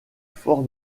fort